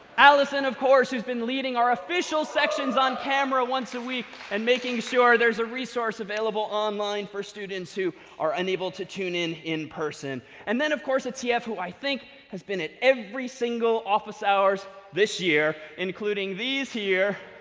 allison, of course, who's been leading our official sections on camera once a week, and making sure there's a resource available online for students who are unable to tune-in in person. and then, of course, a tf, who i think has been at every single office hours this year, including these here,